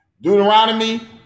Deuteronomy